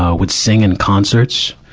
ah would sing in concerts.